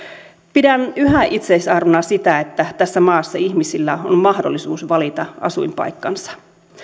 pidän yhä itseisarvona sitä että tässä maassa ihmisillä on mahdollisuus valita asuinpaikkansa